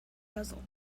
castle